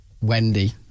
Wendy